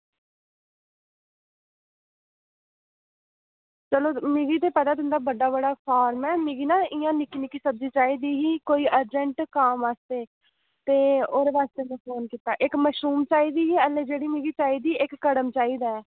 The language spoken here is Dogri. ते मिगी ते पता तुं'दा बड्डा जेह्ड़ा साग ना मिगी इ'यां निक्की निक्की सब्जी चाहिदी दी ही कोई अरजैंट कम्म आस्तै होर बस इक्क मशरूम चाहिदी ही जेह्ड़ी मिगी चाहिदी इक्क कड़म चाहिदा